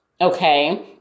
Okay